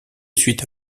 suite